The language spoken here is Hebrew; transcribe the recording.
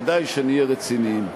כדאי שנהיה רציניים.